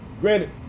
Granted